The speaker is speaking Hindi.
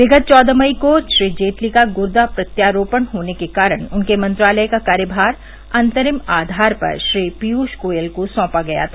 विगत चौदह मई को श्री जेटली का गुर्दा प्रत्यारोपण होने के कारण उनके मंत्रालय का कार्यभार अंतरिम आधार पर श्री पीयूष गोयल को सौंपा गया था